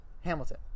hamilton